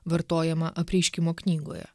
vartojama apreiškimo knygoje